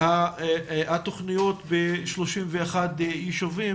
התכניות ב-31 ישובים